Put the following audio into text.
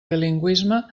bilingüisme